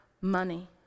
money